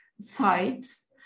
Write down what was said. sites